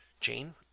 Jane